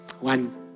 One